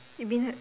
immediate